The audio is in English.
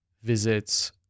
visits